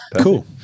Cool